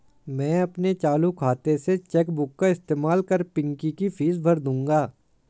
मैं अपने चालू खाता से चेक बुक का इस्तेमाल कर पिंकी की फीस भर दूंगा